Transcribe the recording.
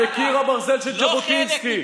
בקיר הברזל של ז'בוטינסקי.